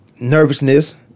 nervousness